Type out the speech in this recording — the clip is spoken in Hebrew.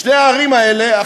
שני הערים האלה,